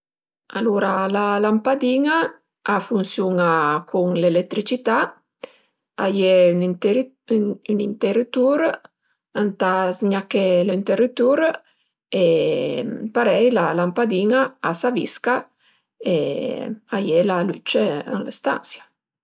Alura la lampadin-a a funsiun-a cun l'eletricità, a ie ün interi ün interütur, ëntà zgnaché l'interütur e parei la lampadin-a a s'avisca e ai la lücce ë la stansia